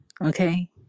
Okay